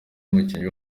umukinnyi